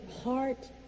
heart